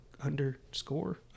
underscore